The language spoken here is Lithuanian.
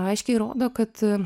aiškiai rodo kad